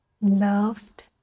loved